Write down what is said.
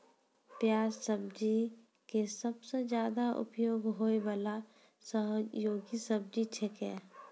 प्याज सब्जी के सबसॅ ज्यादा उपयोग होय वाला सहयोगी सब्जी छेकै